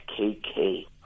KK